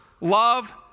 love